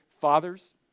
Fathers